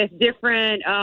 different